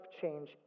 change